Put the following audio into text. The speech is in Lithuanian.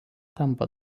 tampa